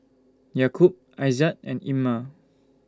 Yaakob Aizat and Ammir